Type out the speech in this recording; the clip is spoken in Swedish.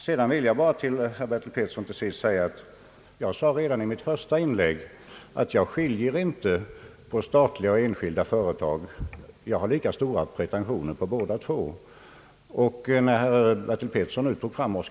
Jag vill bara erinra herr Bertil Petersson om att jag redan i mitt första inlägg sagt att jag inte skiljer mellan statliga och enskilda företag utan att jag har lika stora pretentioner på båda två. Herr Bertil Petersson nämnde Oskarshamnsvarvet.